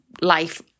life